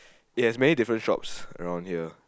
it has many different shops around here